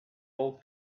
all